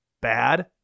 bad